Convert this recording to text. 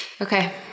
Okay